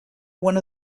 one